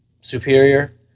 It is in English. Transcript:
superior